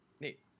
Neat